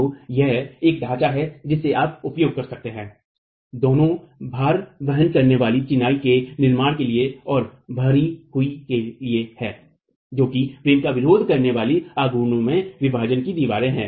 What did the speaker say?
तो यह एक ढांचा है जिसे आप उपयोग कर सकते हैं दोनों भार वहन करने वाले चिनाई के निर्माण के लिए और भरी हुई के लिए जो कि फ्रेम का विरोध करने वाले आघूर्णनों में विभाजन की दीवारें हैं